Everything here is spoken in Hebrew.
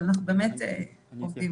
אבל, באמת עובדים.